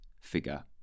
figure